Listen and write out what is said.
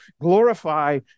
glorify